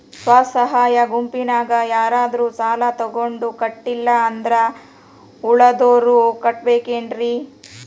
ಸ್ವ ಸಹಾಯ ಗುಂಪಿನ್ಯಾಗ ಯಾರಾದ್ರೂ ಸಾಲ ತಗೊಂಡು ಕಟ್ಟಿಲ್ಲ ಅಂದ್ರ ಉಳದೋರ್ ಕಟ್ಟಬೇಕೇನ್ರಿ?